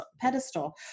pedestal